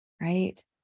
Right